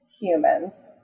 humans